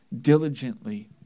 diligently